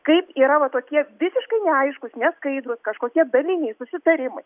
kaip yra va tokie visiškai neaiškūs neskaidrūs kažkokie daliniai susitarimai